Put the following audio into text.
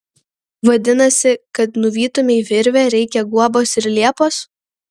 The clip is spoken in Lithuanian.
vadinasi kad nuvytumei virvę reikia guobos ir liepos